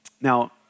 Now